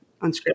unscripted